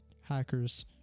hackers